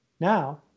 now